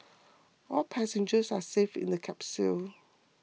all passengers are safe in the capsule